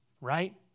right